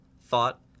thought